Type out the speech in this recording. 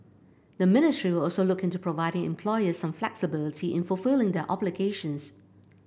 the ministry will also look into providing employers some flexibility in fulfilling their obligations